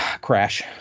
Crash